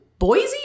Boise